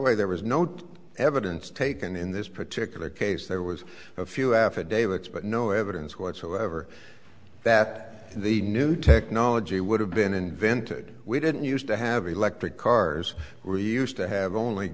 way there was no evidence taken in this particular case there was a few affidavits but no evidence whatsoever that the new technology would have been invented we didn't used to have electric cars were used to have only